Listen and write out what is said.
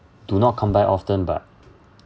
do not come by often but